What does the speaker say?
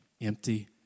empty